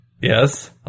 Yes